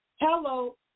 Hello